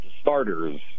starters